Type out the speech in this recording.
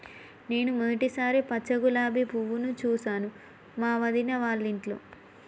నేను మొదటిసారి పచ్చ గులాబీ పువ్వును చూసాను మా వదిన వాళ్ళింట్లో